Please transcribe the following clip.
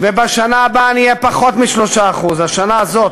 ובשנה הבאה היא תהיה פחות מ-3% דהיינו בשנה הזאת.